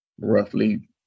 roughly